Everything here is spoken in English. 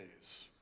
days